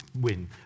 win